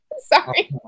Sorry